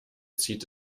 zieht